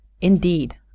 Indeed